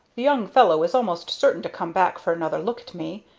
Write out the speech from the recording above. the young fellow is almost certain to come back for another look at me,